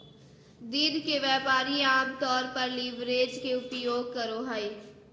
दिन के व्यापारी आमतौर पर लीवरेज के उपयोग करो हइ